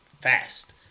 fast